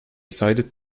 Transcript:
cited